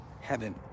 heaven